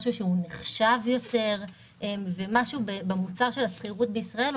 פרק ז' (שכירות מוסדית).